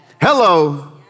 Hello